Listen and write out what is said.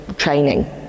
training